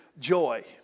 joy